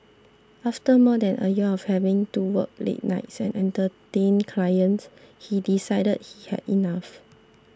after more than a year of having to work late nights and Entertain Clients he decided he had had enough